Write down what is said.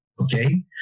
Okay